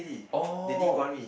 oh